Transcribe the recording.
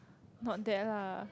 not there lah